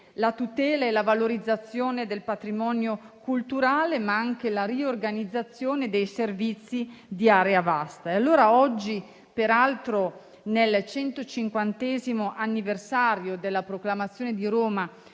la tutela e la valorizzazione del patrimonio culturale, ma anche la riorganizzazione dei servizi di area vasta. E allora oggi, peraltro nel 150° anniversario della proclamazione di Roma